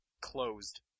closed